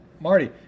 Marty